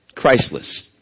Christless